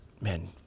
man